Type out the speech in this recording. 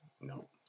No